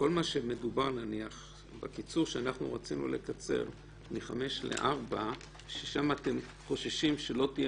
בקיצור שאנחנו רצינו מחמש לארבע ששם אתם חוששים שלא תהיה